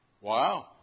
Wow